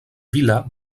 villa